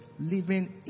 living